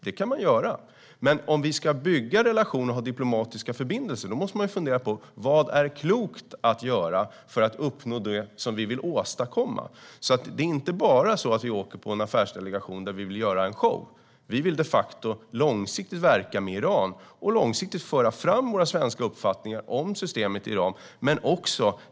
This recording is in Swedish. Så kan man göra, men om vi ska bygga en relation och ha diplomatiska förbindelser måste vi fundera på vad som är klokt att göra för att uppnå det vi vill åstadkomma. Vi åker inte med en affärsdelegation för att göra en show. Vi vill verka långsiktigt med Iran och långsiktigt föra fram vår svenska uppfattning om systemet i Iran.